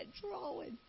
drawing